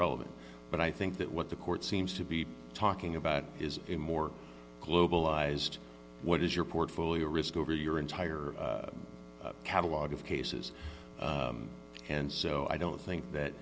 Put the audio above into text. relevant but i think that what the court seems to be talking about is a more globalized what is your portfolio risk over your entire catalogue of cases and so i don't think that